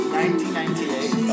1998